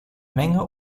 menge